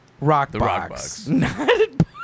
Rockbox